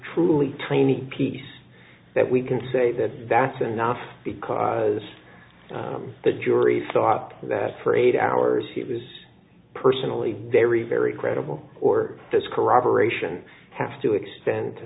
truly tiny piece that we can say that that's enough because the jury thought that for eight hours he was personally very very credible or this corroboration have to expen